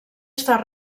estar